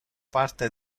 parte